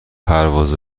پرواز